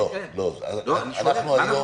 אנחנו היום